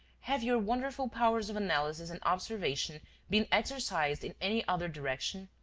have your wonderful powers of analysis and observation been exercised in any other direction?